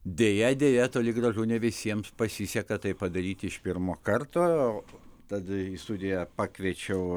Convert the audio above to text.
deja deja toli gražu ne visiems pasiseka tai padaryti iš pirmo karto tad į studiją pakviečiau